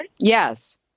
Yes